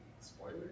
spoiler